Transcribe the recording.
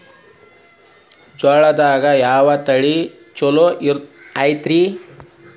ಗೊಂಜಾಳದಾಗ ಯಾವ ತಳಿ ಛಲೋ ಐತ್ರಿ?